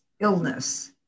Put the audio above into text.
illness